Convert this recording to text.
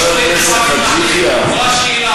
חבר הכנסת חאג' יחיא,